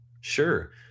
Sure